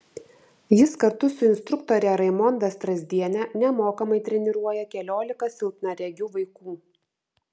jis kartu su instruktore raimonda strazdiene nemokamai treniruoja keliolika silpnaregių vaikų